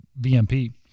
VMP